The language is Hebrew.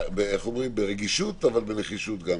ברגישות אבל גם בנחישות.